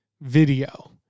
video